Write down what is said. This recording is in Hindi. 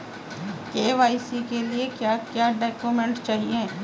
के.वाई.सी के लिए क्या क्या डॉक्यूमेंट चाहिए?